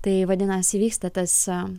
tai vadinasi vyksta tas